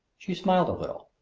she smiled a little.